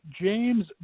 James